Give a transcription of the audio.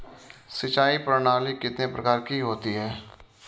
सिंचाई प्रणाली कितने प्रकार की होती हैं?